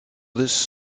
this